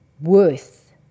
worth